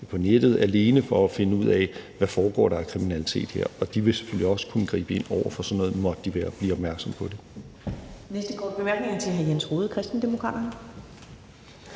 og nettet alene for at finde ud af, hvad der foregår af kriminalitet. Og de vil selvfølgelig også kunne gribe ind over for sådan noget, måtte de blive opmærksomme på det.